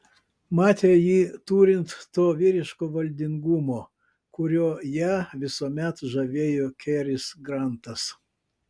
matė jį turint to vyriško valdingumo kuriuo ją visuomet žavėjo keris grantas